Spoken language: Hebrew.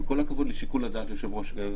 עם כל הכבוד לשיקול הדעת של היושב-ראש.